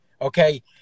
okay